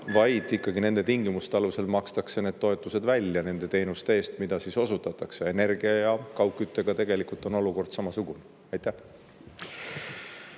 vaid ikkagi nende tingimuste alusel makstakse need toetused välja nende teenuste eest, mida osutatakse. Energia ja kaugküttega on tegelikult olukord samasugune. Varro